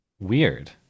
Weird